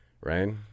Right